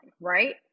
right